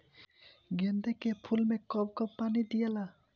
गेंदे के फूल मे कब कब पानी दियाला?